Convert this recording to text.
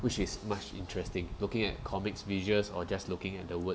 which is much interesting looking at comics visuals or just looking at the word